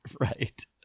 Right